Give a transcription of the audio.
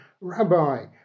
Rabbi